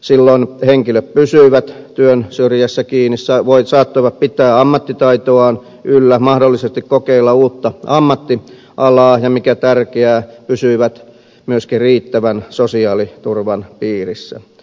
silloin henkilöt pysyivät työn syrjässä kiinni saattoivat pitää ammattitaitoaan yllä mahdollisesti kokeilla uutta ammattialaa ja mikä tärkeää pysyivät myöskin riittävän sosiaaliturvan piirissä